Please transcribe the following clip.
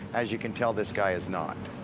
as you can tell this guy is not.